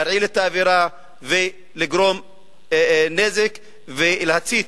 להרעיל את האווירה ולגרום נזק ולהצית